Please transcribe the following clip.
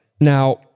Now